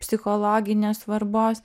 psichologinės svarbos